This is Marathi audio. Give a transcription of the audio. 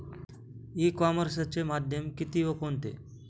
ई कॉमर्सचे माध्यम किती व कोणते?